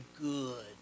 good